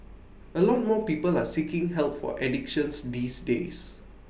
A lot more people are seeking help for addictions these days